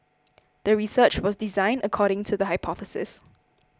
the research was designed according to the hypothesis